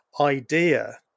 idea